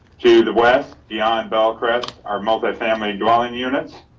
to the west beyond bellcrest are multifamily dwelling units.